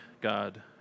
God